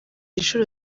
inshuro